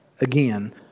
again